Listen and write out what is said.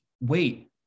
wait